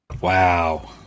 Wow